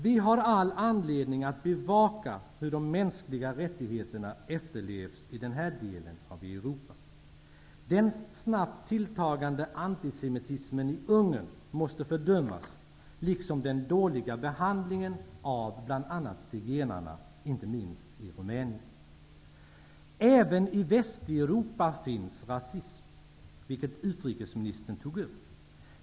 Vi har all anledning att bevaka hur de mänskliga rättigheterna efterlevs i den här delen av Europa. Den snabbt tilltagande antisemitismen i Ungern måste fördömas liksom den dåliga behandlingen av zigenarna, inte minst i Rumänien. Även i Västeuropa finns rasism, vilket utrikesministern tog upp.